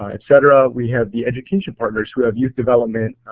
ah etc. we have the education partners who have youth development,